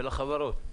של החברות.